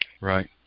Right